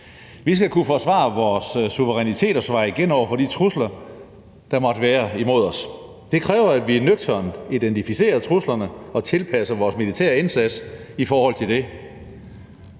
Vi skal kunne forsvare vores suverænitet og svare igen over for de trusler, der måtte være imod os. Det kræver, at vi nøgternt identificerer truslerne og tilpasser vores militære indsats i forhold til det.